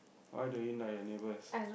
why don't you like your neighbours